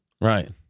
Right